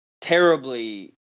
terribly